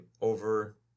over